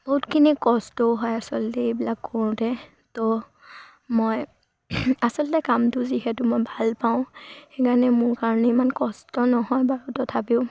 বহুতখিনি কষ্টও হয় আচলতে এইবিলাক কৰোঁতে ত' মই আচলতে কামটো যিহেতু মই ভাল পাওঁ সেইকাৰণে মোৰ কাৰণে ইমান কষ্ট নহয় বাৰু তথাপিও